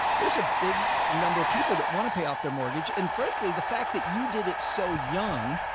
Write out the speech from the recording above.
there's a big number of people that want to pay off their mortgage, and frankly, the fact that you did it so young.